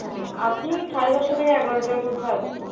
হ্যাঁ আপনি ওই সাড়ে দশটা থেকে এগারোটার মধ্যে আসবেন